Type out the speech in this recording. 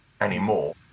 anymore